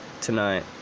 tonight